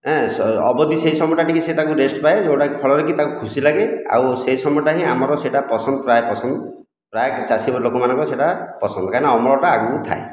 ଏଁ ଅବଧି ସେହି ସମୟଟା ଟିକେ ସେ ତାକୁ ରେଷ୍ଟ ପାଏ ଯେଉଁଟା ଫଳରେ କି ତାକୁ ଖୁସି ଲାଗେ ଆଉ ସେହି ସମୟଟା ହିଁ ଆମର ସେହିଟା ପସନ୍ଦ ପ୍ରାୟ ପସନ୍ଦ ପ୍ରାୟ ଚାଷୀ ଲୋକମାନଙ୍କର ସେହିଟା ପସନ୍ଦ କାହିଁକି ନା ଅମଳଟା ଆଗକୁ ଥାଏ